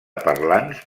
parlants